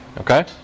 Okay